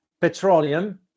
petroleum